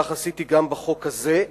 כך עשיתי גם בחוק הזה,